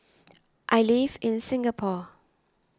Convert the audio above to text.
I live in Singapore